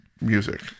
music